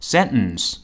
Sentence